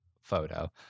photo